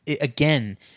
again